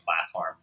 platform